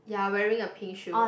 ya wearing a pink shoe